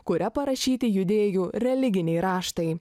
kuria parašyti judėjų religiniai raštai